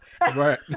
Right